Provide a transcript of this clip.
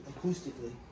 Acoustically